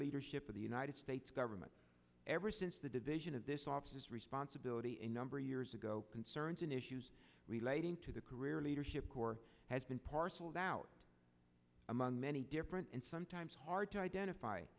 leadership of the united states government ever since the division of this office responsibility a number of years ago concerns on issues relating to the career leadership corps has been parcelled out among many different and sometimes hard to identify